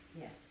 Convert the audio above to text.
Yes